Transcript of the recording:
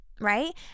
right